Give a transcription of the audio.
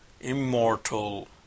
immortal